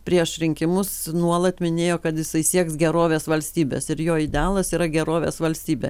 prieš rinkimus nuolat minėjo kad jisai sieks gerovės valstybės ir jo idealas yra gerovės valstybė